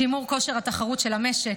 שימור כושר התחרות של המשק,